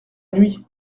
nuit